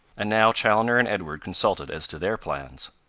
and now chaloner and edward consulted as to their plans.